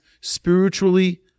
spiritually